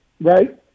right